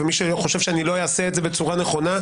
ומי שחושב שאני לא אעשה את זה בצורה נכונה,